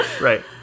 Right